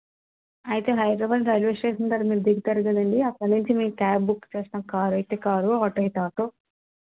అయితే Hyderabad railway station దగ్గర మీరు దిగుతారు కదండి అక్కడ్నుంచి మీకు క్యాబ్ బుక్ చేస్తాం కారైతే కారు ఆటో అయితే ఆటో